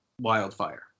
wildfire